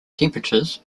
temperatures